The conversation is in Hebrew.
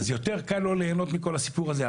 אז יותר קל לו ליהנות מכל הסיפור הזה.